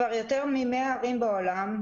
כבר יותר מ-100 ערים בעולם,